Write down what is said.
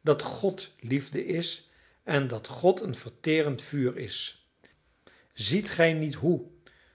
dat god liefde is en dat god een verterend vuur is ziet gij niet hoe